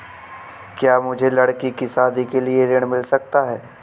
क्या मुझे लडकी की शादी के लिए ऋण मिल सकता है?